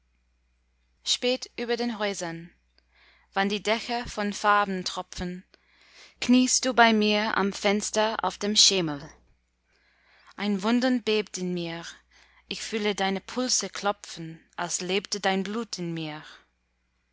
spät über den häusern wann die dächer von farben tropfen kniest du bei mir am fenster auf dem schemel ein wundern bebt in mir ich fühle deine pulse klopfen als lebte dein blut in mir